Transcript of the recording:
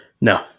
No